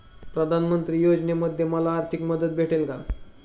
प्रधानमंत्री योजनेमध्ये मला आर्थिक मदत भेटेल का?